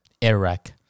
Iraq